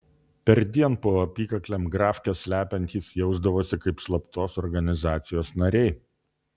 perdien po apykaklėm grafkes slepiantys jausdavosi kaip slaptos organizacijos nariai